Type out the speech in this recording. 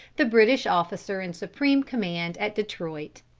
the british officer in supreme command at detroit.